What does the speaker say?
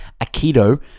Aikido